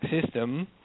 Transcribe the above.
system